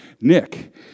Nick